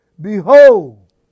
Behold